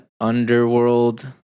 Underworld